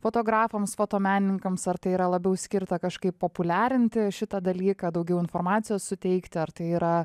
fotografams fotomenininkams ar tai yra labiau skirta kažkaip populiarinti šitą dalyką daugiau informacijos suteikti ar tai yra